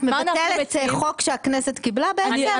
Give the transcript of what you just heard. את מבטלת חוק שהכנסת קיבלה בעצם?